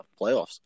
playoffs